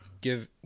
give